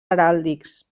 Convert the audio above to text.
heràldics